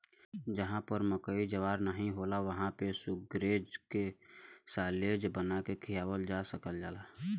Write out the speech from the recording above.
जहां पर मकई ज्वार नाहीं होला वहां पे शुगरग्रेज के साल्लेज बना के खियावल जा सकला